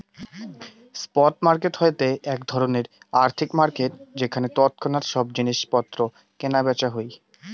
spot market হয়ঠে এক ধরণের আর্থিক মার্কেট যেখানে তৎক্ষণাৎ সব জিনিস পত্র কেনা বেচা হই